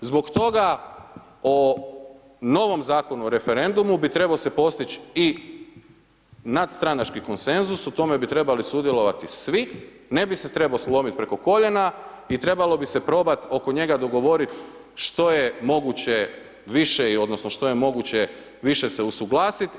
Zbog toga o novom Zakonu o referendumu bi trebao se postići i nadstranački konsenzus, u tome bi trebali sudjelovati svi, ne bi se trebao slomiti preko koljena i trebalo bi se probati oko njega dogovoriti što je moguće više i odnosno što je moguće više se usuglasiti.